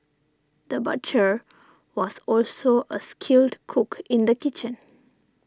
the butcher was also a skilled cook in the kitchen